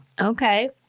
Okay